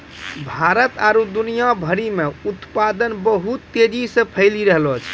भारत आरु दुनिया भरि मे उत्पादन बहुत तेजी से फैली रैहलो छै